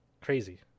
Crazy